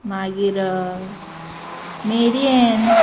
मागीर मेरयेन